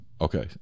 okay